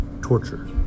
torture